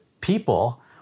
people